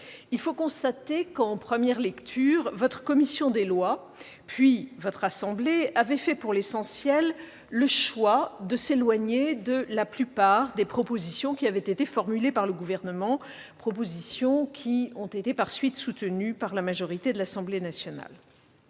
Il faut constater qu'en première lecture votre commission des lois, puis votre assemblée avaient fait, pour l'essentiel, le choix de s'éloigner de la plupart des propositions formulées par le Gouvernement, propositions soutenues par la majorité de l'Assemblée nationale.